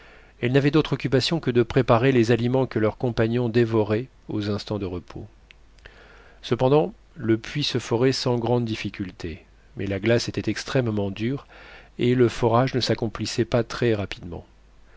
elles n'avaient d'autre occupation que de préparer les aliments que leurs compagnons dévoraient aux instants de repos cependant le puits se forait sans grandes difficultés mais la glace était extrêmement dure et le forage ne s'accomplissait pas très rapidement